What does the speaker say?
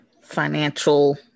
financial